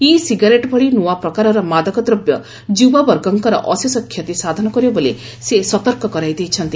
ଇ cigarette ଭଳି ନୂଆ ପ୍ରକାରର ମାଦକଦ୍ରବ୍ୟ ଯୁବବର୍ଗଙ୍କର ଅଶେଷ କ୍ଷତି ସାଧନ କରିବ ବୋଲି ସେ ସତର୍କ କରାଇ ଦେଇଛନ୍ତି